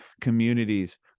communities